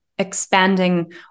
expanding